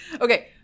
okay